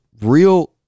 real